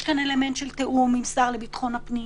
יש כאן אלמנט של תיאום עם השר לביטחון הפנים,